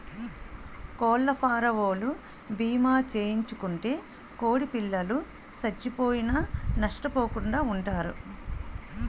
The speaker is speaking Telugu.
కోళ్లఫారవోలు భీమా చేయించుకుంటే కోడిపిల్లలు సచ్చిపోయినా నష్టపోకుండా వుంటారు